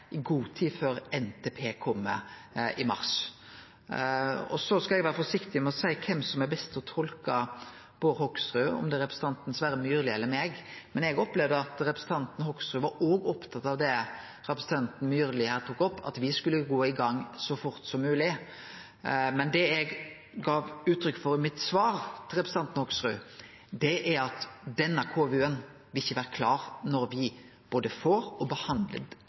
å seie kven som er best til å tolke Bård Hoksrud, om det er representanten Sverre Myrli eller meg, men eg opplever at representanten Hoksrud òg var opptatt av det representanten Myrli her tok opp, at me skulle gå i gang så fort som mogeleg. Men det eg gav uttrykk for i mitt svar til representanten Hoksrud, er at denne KVU-en ikkje vil vere klar når me både får og